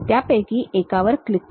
त्यापैकी एकावर क्लिक करा